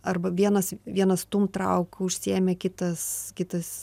arba vienas vienas stumk trauk užsiėmė kitas kitas